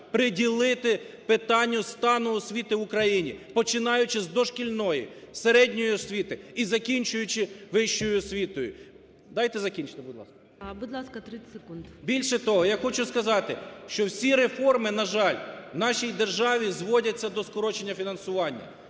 приділити питанню стану освіту в України, починаючи з дошкільної, середньої освіти і закінчуючи вищою освітою… Дайте закінчити, будь ласка… ГОЛОВУЮЧИЙ. Будь ласка, 30 секунд. СОЛОВЕЙ Ю.І. Більше того, я хочу сказати, що всі реформи, на жаль, в нашій державі зводяться до скорочення фінансування,